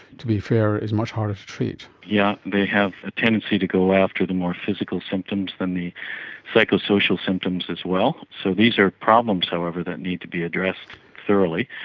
to be fair, is much harder to treat. yes, yeah they have a tendency to go after the more physical symptoms than the psychosocial symptoms as well. so these are problems, however, that need to be addressed thoroughly,